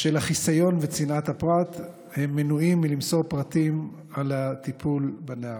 בשל החיסיון וצנעת הפרט הם מנועים מלמסור פרטים על הטיפול בנערה.